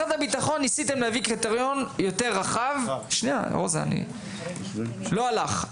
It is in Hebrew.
הביטחון ניסתם להביא קריטריון יותר רחב, לא הלך.